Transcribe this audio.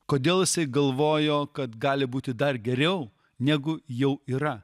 kodėl jisai galvojo kad gali būti dar geriau negu jau yra